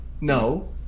No